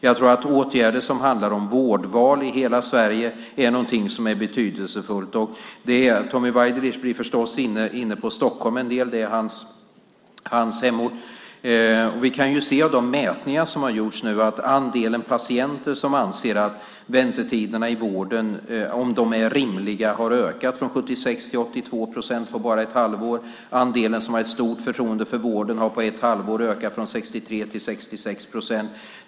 Jag tror att åtgärder som vårdval i hela Sverige är betydelsefulla. Tommy Waidelich är förstås inne på Stockholm en hel del. Det är hans hemort. Av de mätningar som har gjorts kan vi se att andelen patienter som anser att väntetiderna i vården är rimliga har ökat från 76 till 82 procent på bara ett halvår. Andelen som har ett stort förtroende för vården har ökat från 63 till 66 procent på ett halvår.